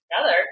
together